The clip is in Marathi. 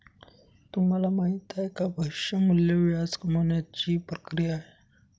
तुम्हाला माहिती आहे का? भविष्य मूल्य व्याज कमावण्याची ची प्रक्रिया आहे